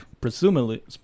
presumably